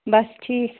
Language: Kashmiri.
بس ٹھیٖک